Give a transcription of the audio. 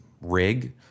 rig